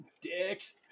Dicks